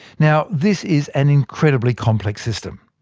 now this is an incredibly complex system,